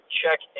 check